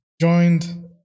joined